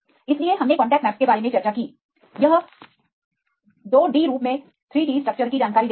इसलिए हमने contact maps के बारे में चर्चा की यह 2 डी रूप में 3 डी स्ट्रक्चर की जानकारी देता है